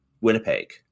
Winnipeg